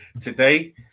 today